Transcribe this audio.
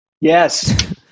Yes